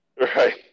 Right